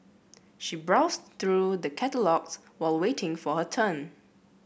she browsed through the catalogues while waiting for her turn